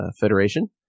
Federation